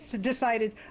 decided